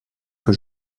que